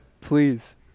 Please